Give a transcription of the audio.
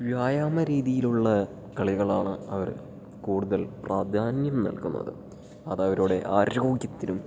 വ്യായാമ രീതിയിലുള്ള കളികളാണ് അവർ കൂടുതൽ പ്രാധാന്യം നൽകുന്നത് അതവരുടെ ആരോഗ്യത്തിനും